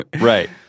right